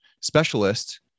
specialist